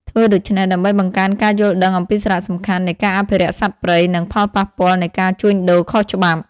ធ្វើដូច្នេះ ដើម្បីបង្កើនការយល់ដឹងអំពីសារៈសំខាន់នៃការអភិរក្សសត្វព្រៃ និងផលប៉ះពាល់នៃការជួញដូរខុសច្បាប់។